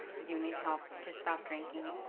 you need help to stop drinking.